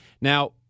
Now